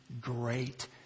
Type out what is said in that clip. great